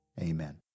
Amen